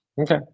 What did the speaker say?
Okay